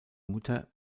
mutter